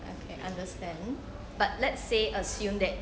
I can understand but let's say assume that